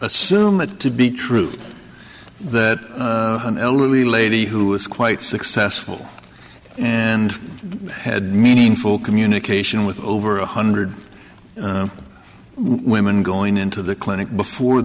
assume it to be true that an elderly lady who was quite successful and had meaningful communication with over a hundred women going into the clinic before